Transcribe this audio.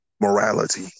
morality